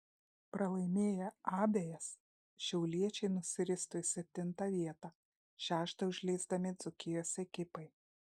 pralaimėję abejas šiauliečiai nusiristų į septintą vietą šeštą užleisdami dzūkijos ekipai